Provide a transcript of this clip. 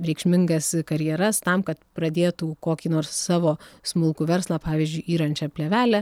reikšmingas karjeras tam kad pradėtų kokį nors savo smulkų verslą pavyzdžiui yrančią plėvelę